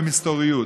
במסתוריות.